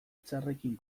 txarrekin